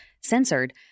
censored